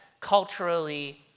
culturally